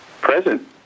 Present